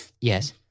Yes